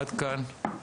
עד כאן.